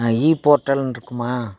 இ போர்ட்டல்ன்ருக்குமா